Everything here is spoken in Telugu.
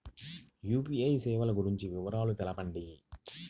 యూ.పీ.ఐ సేవలు గురించి వివరాలు తెలుపండి?